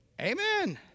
Amen